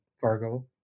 Fargo